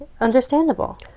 Understandable